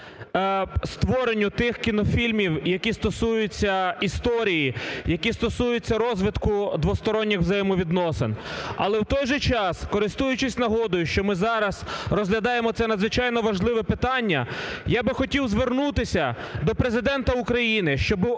створенню тих кінофільмів, які стосуються історії, які стосуються розвитку двосторонніх взаємовідносин. Але в той час, користуючись нагодою, що ми зараз розглядаємо це надзвичайно важливе питання, я би хотів звернутися до Президента України,